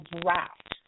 draft